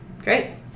Great